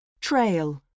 Trail